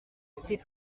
ses